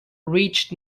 reached